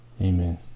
Amen